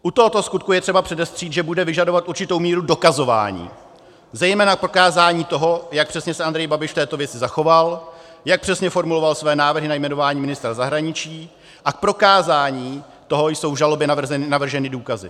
U tohoto skutku je třeba předestřít, že bude vyžadovat určitou míru dokazování, zejména prokázání toho, jak přesně se Andrej Babiš v této věci zachoval, jak přesně formuloval své návrhy na jmenování ministra zahraničí, a k prokázání toho jsou v žalobě navrženy důkazy.